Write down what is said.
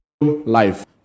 life